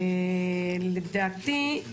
לדעתי,